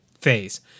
phase